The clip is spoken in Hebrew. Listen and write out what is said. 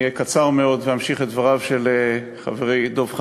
אני אהיה קצר מאוד ואמשיך את דבריו של חברי דב חנין,